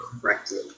correctly